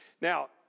now